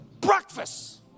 breakfast